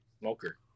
Smoker